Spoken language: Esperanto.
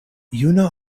juna